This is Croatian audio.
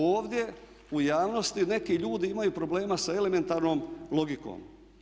Ovdje u javnosti neki ljudi imaju problema sa elementarnom logikom.